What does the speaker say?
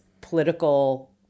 political